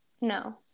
No